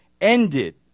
ended